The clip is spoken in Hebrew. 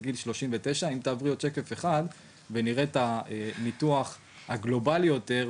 גיל 39. אנחנו נעבור פה עוד שקף אחד ונראה את הניתוח הגלובלי יותר,